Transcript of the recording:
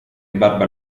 barba